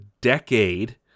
decade